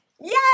yes